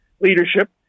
leadership